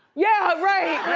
yeah right,